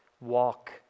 walk